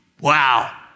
Wow